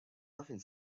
nothing